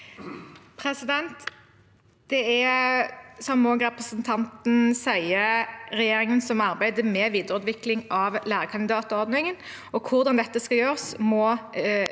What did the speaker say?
sier, er det regjeringen som arbeider med videreutvikling av lærekandidatordningen. Hvordan dette skal gjøres,